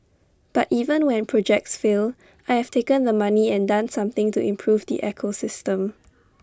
but even when projects fail I have taken the money and done something to improve the ecosystem